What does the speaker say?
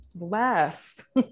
last